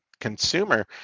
consumer